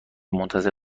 منتظر